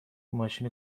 ماشین